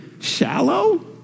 shallow